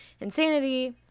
insanity